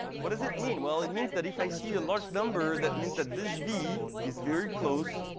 what does it mean? well, it means that if i see a large number, that means that this v is very close